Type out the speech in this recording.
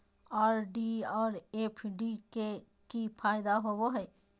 RD और FD के की फायदा होबो हइ?